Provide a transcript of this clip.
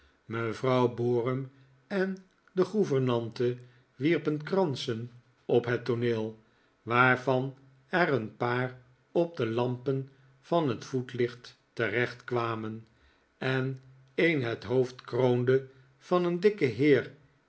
mevrouw borum en de gouvernante wierpen kransen op het tooneel waarvan er een paar op de lampen van het voetlicht terechtkwamen en een het hoofd kroonde van een dikken heer